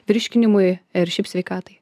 virškinimui ir šiaip sveikatai